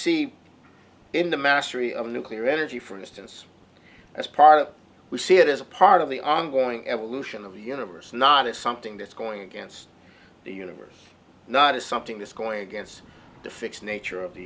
see in the mastery of nuclear energy for instance as part of we see it as a part of the ongoing evolution of the universe not as something that's going against the universe not as something that's going against the fixed nature of the